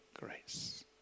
grace